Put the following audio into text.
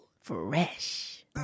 Fresh